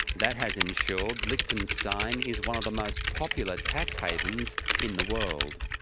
that has ensured lichtenstein is one of the most popular tax havens in the world.